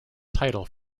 title